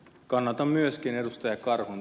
kannatan myöskin ed